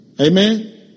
Amen